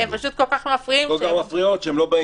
הן כל כך מפריעות שהם לא באים.